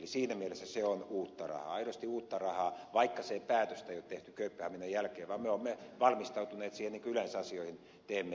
eli siinä mielessä se on uutta rahaa aidosti uutta rahaa vaikka sen päätöstä ei ole tehty kööpenhaminan jälkeen vaan me olemme valmistautuneet siihen niin kuin yleensä asioihin teemme